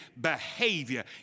behavior